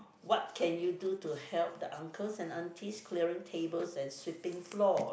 what can you do to help the uncles and aunties clearing tables and sweeping floors